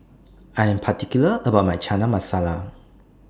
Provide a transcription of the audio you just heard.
I Am particular about My Chana Masala